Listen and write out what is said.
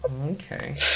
okay